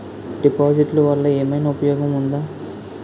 డిపాజిట్లు వల్ల ఏమైనా ఉపయోగం ఉందా?